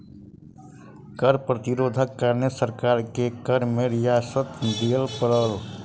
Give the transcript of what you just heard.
कर प्रतिरोधक कारणें सरकार के कर में रियायत दिअ पड़ल